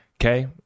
Okay